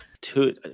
two